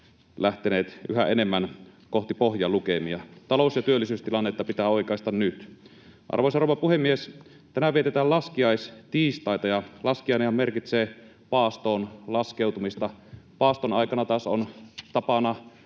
lähteneet yhä enemmän kohti pohjalukemia. Talous- ja työllisyystilannetta pitää oikaista nyt. Arvoisa rouva puhemies! Tänään vietetään laskiaistiistaita, ja laskiainenhan merkitsee paastoon laskeutumista. Paaston aikana taas on tapana